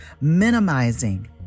Minimizing